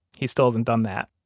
he still isn't done that